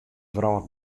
wrâld